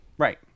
Right